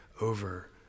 over